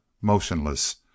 motionless